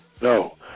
No